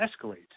escalate